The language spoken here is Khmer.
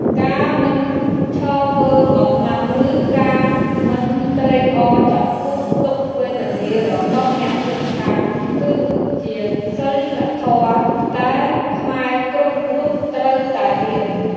ការមិនឈរមើលបំណាំឬការមិនត្រេកអរចំពោះទុក្ខវេទនារបស់អ្នកជិតខាង គឺជាសីលធម៌ដែលខ្មែរគ្រប់រូបត្រូវតែមាន។